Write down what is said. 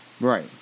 right